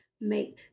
make